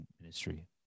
Ministry